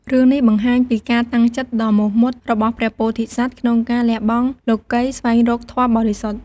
រឿងនេះបង្ហាញពីការតាំងចិត្តដ៏មោះមុតរបស់ព្រះពោធិសត្វក្នុងការលះបង់លោកិយ ស្វែងរកធម៌បរិសុទ្ធ។